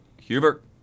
Hubert